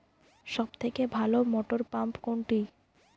সবথেকে ভালো মটরপাম্প কোনটি?